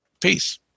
Peace